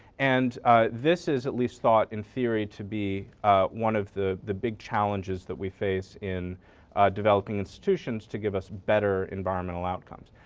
and this is at least thought in theory to be one of the the big challenges that we face in developing institutions to give us better environmental outcome.